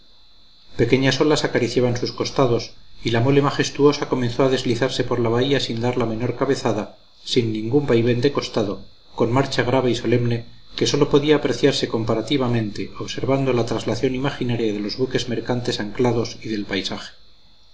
pequeñas olas acariciaban sus costados y la mole majestuosa comenzó a deslizarse por la bahía sin dar la menor cabezada sin ningún vaivén de costado con marcha grave y solemne que sólo podía apreciarse comparativamente observando la traslación imaginaria de los buques mercantes anclados y del paisaje